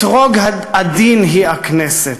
אתרוג עדין היא הכנסת,